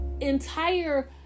entire